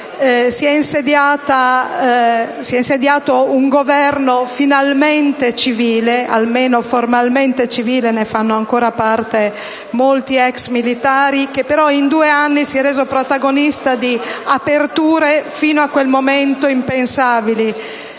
Si è insediato un Governo finalmente civile - almeno formalmente civile, anche se ne fanno ancora parte molti ex militari - che in due anni si è reso protagonista di aperture fino a quel momento impensabili: